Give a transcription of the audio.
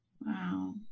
wow